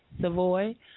Savoy